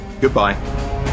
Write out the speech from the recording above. Goodbye